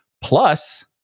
plus